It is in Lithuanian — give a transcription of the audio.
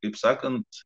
kaip sakant